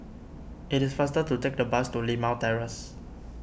its faster to take the bus to Limau Terrace